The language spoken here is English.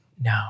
No